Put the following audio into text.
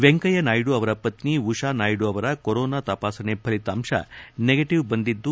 ವೆಂಕಯ್ನ ನಾಯ್ಡು ಅವರ ಪತ್ನಿ ಉಷಾ ನಾಯ್ಡು ಅವರ ಕೊರೋನಾ ತಪಾಸಣೆ ಫಲಿತಾಂಶ ನೆಗೆಟವ್ ಬಂದಿದ್ದು